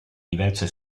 diverse